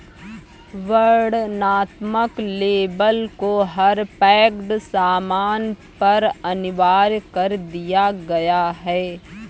वर्णनात्मक लेबल को हर पैक्ड सामान पर अनिवार्य कर दिया गया है